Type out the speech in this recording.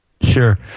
Sure